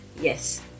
Yes